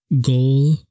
goal